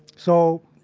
so,